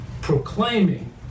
proclaiming